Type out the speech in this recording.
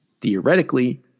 theoretically